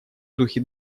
духе